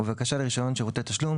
ובבקשה לרישיון שירותי תשלום,